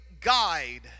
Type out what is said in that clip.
guide